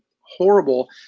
horrible